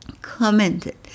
commented